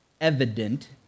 evident